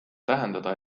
tähendada